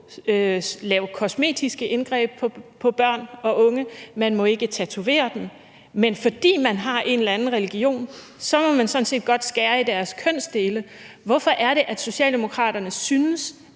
lave kosmetiske indgreb på børn og unge, man må ikke tatovere dem, men fordi man har en eller anden religion, må man sådan set godt skære i deres kønsdele? Hvorfor synes Socialdemokraterne,